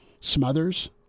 Smothers